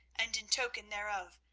and in token thereof,